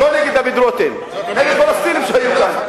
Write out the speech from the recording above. לא נגד דוד רותם, נגד פלסטינים שהיו כאן.